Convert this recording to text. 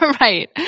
Right